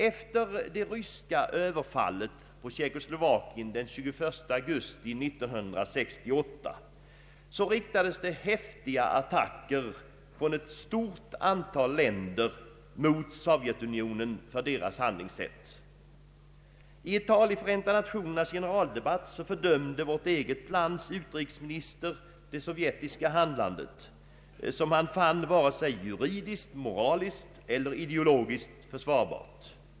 Efter det ryska överfallet på Tjeckoslovakien den 21 augusti 1968 riktades det häftiga attacker från ett stort antal länder mot Sovjetunionen för dess handlingssätt. I ett tal i Förenta nationernas = generalförsamling fördömde vårt eget lands utrikesminister det sovjetiska handlandet, som han fann vare sig juridiskt, moraliskt eller ideologiskt försvarbart.